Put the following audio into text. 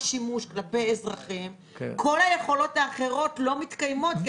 שימוש כלפי אזרחים אז כל היכולות האחרות לא מתקיימות,